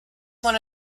one